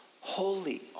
holy